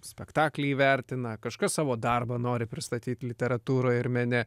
spektaklį įvertina kažkas savo darbą nori pristatyt literatūroj ir mene